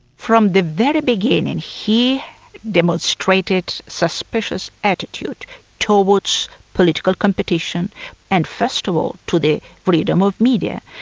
from the very beginning and he demonstrated suspicious attitude towards political competition and first of all to the freedom of media.